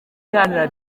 iharanira